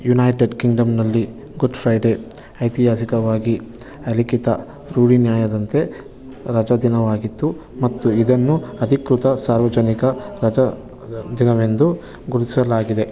United ಕಿಂಗ್ಡಮ್ನಲ್ಲಿ Good Friday ಐತಿಹಾಸಿಕವಾಗಿ ಅಲಿಖಿತ ರೂಢಿನ್ಯಾಯದಂತೆ ರಜಾದಿನವಾಗಿತ್ತು ಮತ್ತು ಇದನ್ನು ಅಧಿಕೃತ ಸಾರ್ವಜನಿಕ ರಜಾದಿನವೆಂದು ಗುರ್ಸಲಾಗಿದೆ